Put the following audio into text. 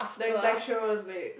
the lecturer was late